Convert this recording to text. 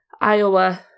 Iowa